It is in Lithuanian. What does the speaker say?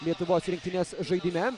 lietuvos rinktinės žaidime